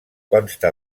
consta